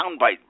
soundbite